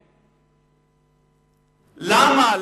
למה?